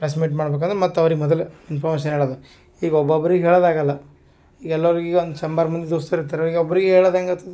press meet ಮಾಡ್ಬೇಕಾದ್ರೆ ಮತ್ತು ಅವ್ರಿಗೆ ಮೊದಲೆ ಇನ್ಫಾರ್ಮೇಶನ್ ಹೇಳೋದು ಈಗ ಒಬ್ಬೊಬ್ರಿಗೆ ಹೇಳೋದಾಗೋಲ್ಲ ಈಗ ಎಲ್ಲರಿಗೆ ಈಗ ಒಂದು ಸಂಬಾರ್ ಮಂದಿ ದೋಸ್ತರು ಇರ್ತಾರೆ ಈಗ ಒಬ್ಬರಿಗೆ ಹೇಳೋದು ಹೆಂಗಾತದೆ